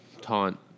taunt